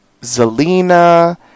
Zelina